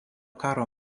karo